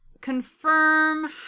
confirm